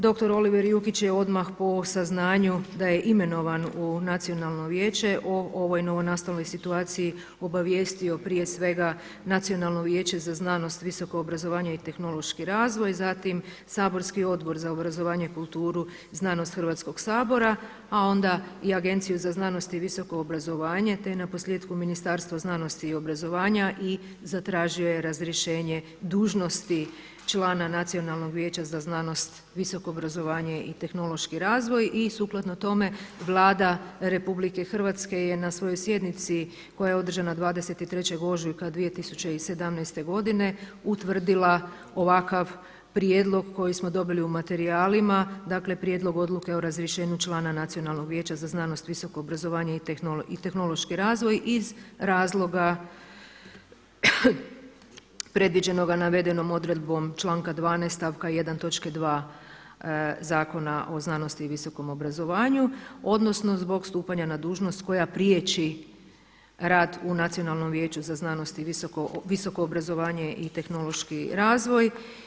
Dr. Oliver Jukić je odmah po saznanju da je imenovan u Nacionalno vijeće o ovoj novonastaloj situaciji obavijestio prije svega Nacionalno vijeće za znanost, visoko obrazovanje i tehnološki razvoj, zatim saborski Odbor za obrazovanje, kulturu i znanost Hrvatskog sabora, a onda i Agenciju za znanost i visoko obrazovanje, te naposljetku Ministarstvo znanosti i obrazovanja i zatražio je razrješenje dužnosti člana Nacionalnog vijeća za znanost, visoko obrazovanje i tehnološki razvoj i sukladno tome Vlada RH je na svojoj sjednici koja je održana 23. ožujka 2017. godine utvrdila ovakav prijedlog koji smo dobili u materijalima, dakle Prijedlog odluke o razrješenju člana Nacionalnog vijeća za znanost, visoko obrazovanje i tehnološki razvoj iz razloga predviđenoga navedenom odredbom članka 12. stavka 1. točke 2. Zakona o znanosti i visokom obrazovanju odnosno zbog stupanja na dužnost koja priječi rad u Nacionalnom vijeću za znanost, visoko obrazovanje i tehnološki razvoj.